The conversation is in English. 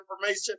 information